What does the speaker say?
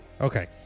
Okay